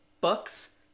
books